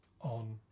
on